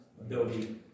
ability